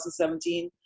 2017